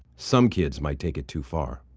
some kids might take it too far.